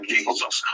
Jesus